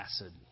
acid